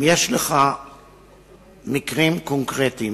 אם יש לך מקרים קונקרטיים